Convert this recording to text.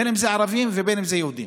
בין שזה ערבים ובין שזה יהודים.